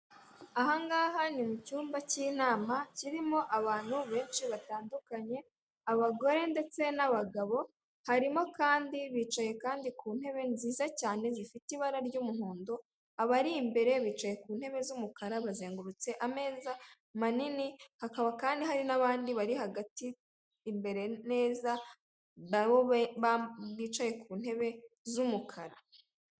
Ahangaha ni mu cyumba cy'inama kirimo abantu benshi batandukanye abagore ndetse n'abagabo harimo kandi bicaye kandi ku ntebe nziza cyane zifite ibara ry'umuhondo abari imbere bicaye ku ntebe z'umukara bazengurutse ameza manini hakaba kandi hari nabandi bari hagati imbere neza nabo bicaye ku ntebe z'umukara.